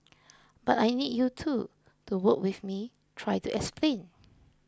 but I need you too to work with me try to explain